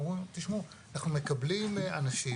הם אומרים: אנחנו מקבלים אנשים,